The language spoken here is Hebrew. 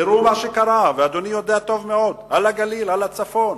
תראו מה שקרה בגליל, בצפון.